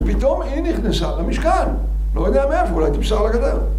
פתאום היא נכנסה למשכן, לא יודע מאיפה, אולי טפסה על הגדר.